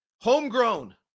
homegrown